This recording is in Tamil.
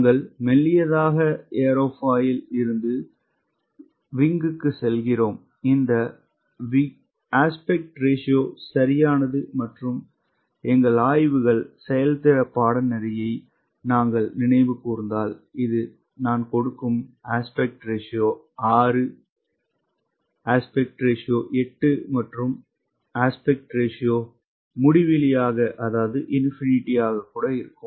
நாங்கள் மெல்லியதாக ஏரோஃபாயில் இருந்து சிறகுக்கு செல்கிறோம் இந்தவிகித விகிதம் சரியானது மற்றும் எங்கள் ஆய்வுகள் செயல்திறன் பாடநெறியை நாங்கள் நினைவு கூர்ந்தால் இது நான் கொடுக்கும் விகித விகிதம் 6 விகித விகிதம் 8 மற்றும் விகித விகிதம் முடிவிலியாக இருக்கும்